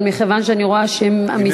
אבל מכיוון שאני רואה שהמסתייג,